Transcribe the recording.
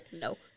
no